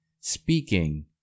speaking